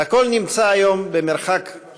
אני קובע כי מליאת הכנסת אישרה להעביר את הנושא להמשך דיון